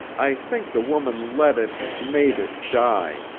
i think the woman let it made it die.